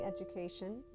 education